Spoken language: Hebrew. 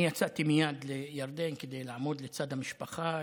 אני יצאתי מייד לירדן כדי לעמוד לצד המשפחה,